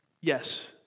yes